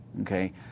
okay